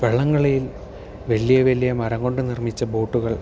വള്ളംകളി വലിയ വലിയ മരം കൊണ്ട് നിർമിച്ച ബോട്ടുകൾ